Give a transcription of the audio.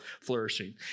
flourishing